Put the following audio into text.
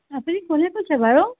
আপুনি কোনে কৈছে বাৰু